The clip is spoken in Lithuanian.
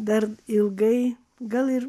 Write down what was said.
dar ilgai gal ir